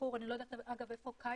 הבחור אגב, אני לא יודעת איפה קייזר,